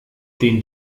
den